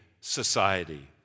society